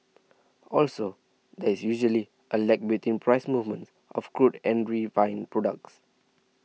also there is usually a lag between price movements of crude and refined products